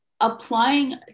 applying